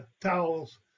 towels